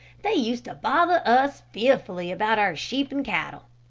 they used to bother us fearfully about our sheep and cattle.